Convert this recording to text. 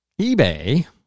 eBay